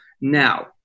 Now